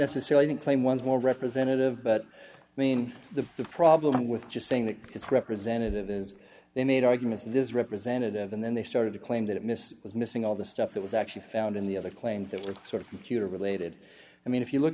necessarily to claim one is more representative but i mean the problem with just saying that it's representative is they made arguments this representative and then they started to claim that it missed was missing all the stuff that was actually found in the other claims that were sort of computer related i mean if you look